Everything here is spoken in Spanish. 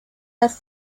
las